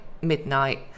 midnight